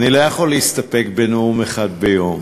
אני לא יכול להסתפק בנאום אחד ביום.